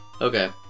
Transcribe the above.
Okay